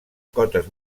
cotes